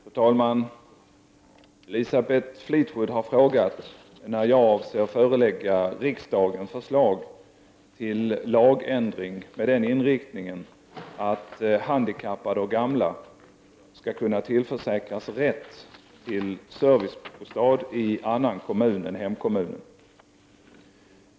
Fru talman! Elisabeth Fleetwood har frågat när jag avser förelägga riksdagen förslag till lagändring med den inriktningen att handikappade och gamla skall kunna tillförsäkras rätt till servicebostad i annan kommun än hemkommunen.